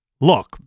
look